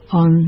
on